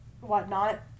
whatnot